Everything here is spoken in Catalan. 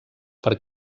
per